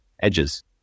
edges